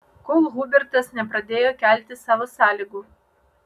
kol hubertas nepradėjo kelti savo sąlygų